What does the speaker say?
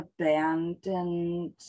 abandoned